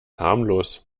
harmlos